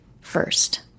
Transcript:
first